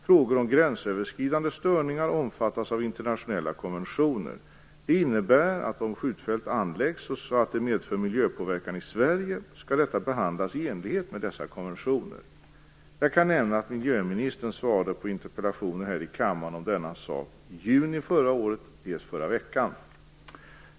Frågor om gränsöverskridande störningar omfattas av internationella konventioner. Det innebär att om skjutfältet anläggs så att det medför miljöpåverkan i Sverige skall detta behandlas i enlighet med dessa konventioner. Jag kan nämna att miljöministern svarade på interpellationer här i kammaren om denna sak dels i juni förra året, dels i förra veckan.